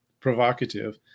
provocative